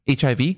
HIV